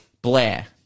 Blair